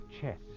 chess